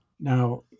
Now